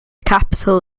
capital